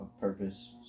purpose